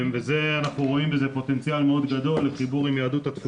אנחנו רואים בזה פוטנציאל מאוד גדול לחיבור עם יהדות התפוצות.